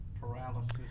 paralysis